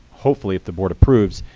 hopefully, if the board approves,